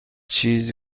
چیز